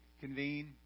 convene